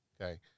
Okay